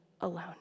alone